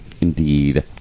Indeed